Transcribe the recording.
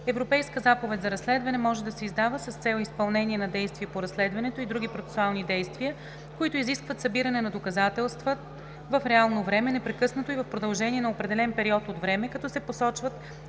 Европейска заповед за разследване може да се издава с цел изпълнение на действие по разследването и други процесуални действия, които изискват събиране на доказателства в реално време, непрекъснато и в продължение на определен период от време, като се посочват